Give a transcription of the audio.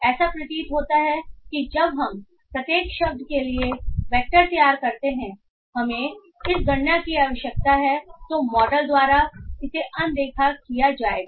ऐसा प्रतीत होता है कि जब हम प्रत्येक शब्द के लिए वेक्टर तैयार करते हैं हमें इस गणना की आवश्यकता है तो मॉडल द्वारा इसे अनदेखा किया जाएगा